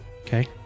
Okay